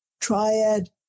Triad